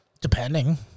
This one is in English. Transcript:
Depending